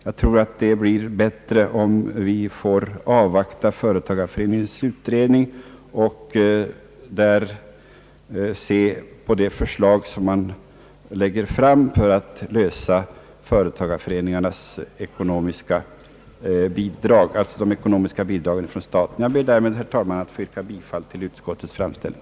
Jag anser att vi bör avvakta företagareföreningsutredningens resultat och se på det förslag som framlägges från utredningens sida för att lösa problemet med företagareföreningarnas ekonomiska bidrag från staten. Jag ber således, herr talman, att få yrka bifall till utskottets hemställan.